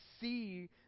see